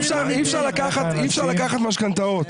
אי אפשר לקחת משכנתאות.